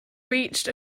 reached